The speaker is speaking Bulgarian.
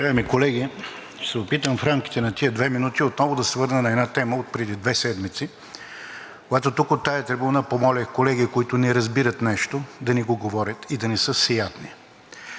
Уважаеми колеги, ще се опитам в рамките на тези две минути отново да се върна на една тема отпреди две седмици, когато тук, от тази трибуна, помолих колеги, които не разбират нещо, да не го говорят и да не са всеядни.